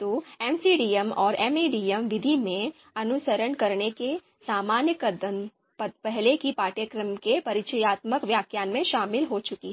तो MCDM और MADM विधि में अनुसरण करने के सामान्य कदम पहले ही पाठ्यक्रम के परिचयात्मक व्याख्यान में शामिल हो चुके हैं